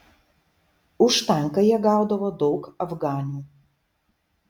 už tanką jie gaudavo daug afganių